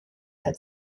had